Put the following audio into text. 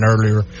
earlier